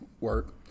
work